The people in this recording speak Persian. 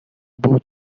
بود